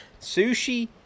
sushi